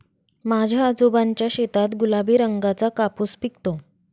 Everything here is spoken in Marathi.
माझ्या आजोबांच्या शेतात गुलाबी रंगाचा कापूस पिकतो